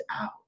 out